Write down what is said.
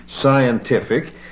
scientific